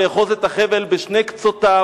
לאחוז את החבל בשני קצותיו,